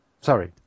sorry